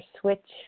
switch